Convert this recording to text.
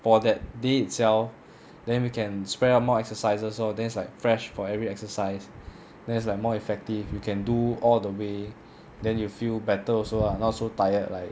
for that day itself then we can spread out more exercises lor then it's like fresh for every exercise then is like more effective you can do all the way then you feel better lah also not so tired like